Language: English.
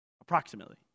Approximately